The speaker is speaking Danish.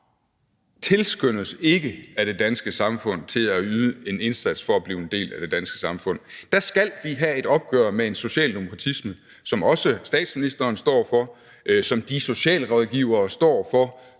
ikke tilskyndes af det danske samfund til at yde en indsats for at blive en del af det danske samfund. Der skal vi have et opgør med en socialdemokratisme, som også statsministeren står for, og som de socialrådgivere, der er